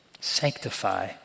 sanctify